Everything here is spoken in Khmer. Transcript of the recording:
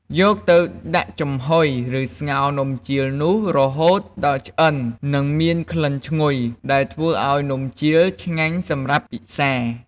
យកទៅដាក់ចំហ៊ុយ ឬស្ងោរនំជៀលនោះ រហូតដល់ឆ្អិន និងមានក្លិនឈ្ងុយ ដែលធ្វើឱ្យនំជៀលឆ្ងាញសម្រាប់ពិសា។